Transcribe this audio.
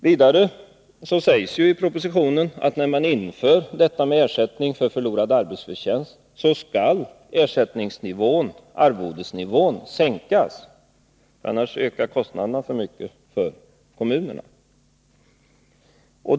Vidare sägs i propositionen att när kommunerna inför ersättning för förlorad arbetsförtjänst skall arvodesnivån sänkas — annars ökar kostnaderna för mycket för kommunerna.